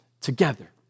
together